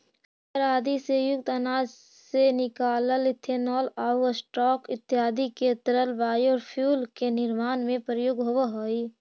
सूगर आदि से युक्त अनाज से निकलल इथेनॉल आउ स्टार्च इत्यादि के तरल बायोफ्यूल के निर्माण में प्रयोग होवऽ हई